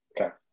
okay